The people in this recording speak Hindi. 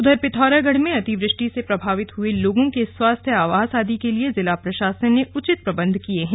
उधर पिथौरागढ़ में अतिवृष्टि से प्रभावित हए लोगों के स्वास्थ्य आवास आदि के लिए जिला प्रशासन ने उचित प्रबंध किए हैं